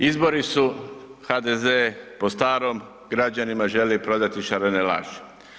Izbori su, HDZ po starom građanima želi prodati šarene laži.